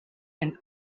and